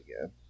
again